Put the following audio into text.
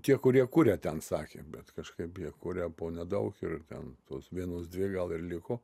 tie kurie kuria ten sakė bet kažkaip jie kuria po nedaug ir ten tos vienos dvi gal ir liko